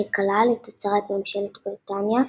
שכלל את הצהרת ממשלת בריטניה,